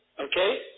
Okay